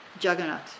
Jagannath